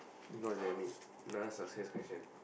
god damn it another success question